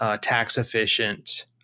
tax-efficient